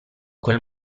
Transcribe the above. quel